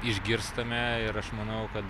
išgirstame ir aš manau kad